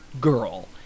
girl